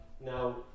Now